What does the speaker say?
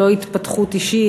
לא התפתחות אישית,